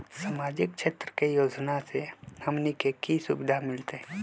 सामाजिक क्षेत्र के योजना से हमनी के की सुविधा मिलतै?